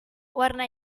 warna